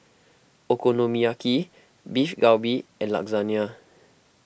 Okonomiyaki Beef Galbi and Lasagna